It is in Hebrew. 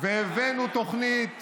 והבאנו תוכנית